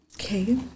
Okay